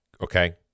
Okay